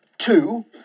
Two